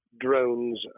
drones